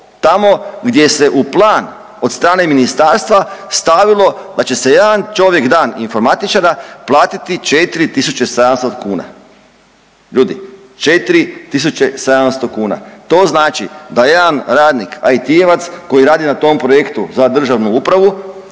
tamo gdje se u plan od strane ministarstva stavilo da će se jedan čovjek, dan informatičara platiti 4.700 kuna. Ljudi 4.700 kuna, to znači da jedan radnik IT-evac koji radi na tom projektu za državnu upravu